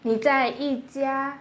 你在一家